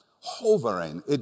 Hovering